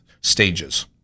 stages